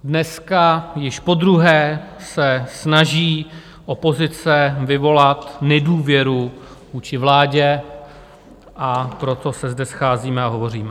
Dneska již podruhé se snaží opozice vyvolat nedůvěru vůči vládě, a proto se zde scházíme a hovoříme.